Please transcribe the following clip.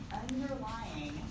underlying